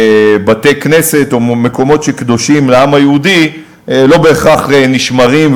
שבתי-כנסת או מקומות שקדושים לעם היהודי לא בהכרח נשמרים,